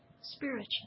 Spiritual